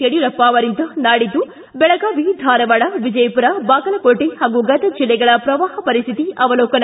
ಯಡಿಯೂರಪ್ಪ ಅವರಿಂದ ನಾಡಿದ್ದು ಬೆಳಗಾವಿ ಧಾರವಾಡ ವಿಜಯಪುರ ಬಾಗಲಕೋಟೆ ಹಾಗೂ ಗದಗ್ ಜಿಲ್ಲೆಗಳ ಪ್ರವಾಹ ಪರಿಸ್ಹಿತಿ ಅವಲೋಕನ